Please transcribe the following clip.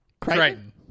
Crichton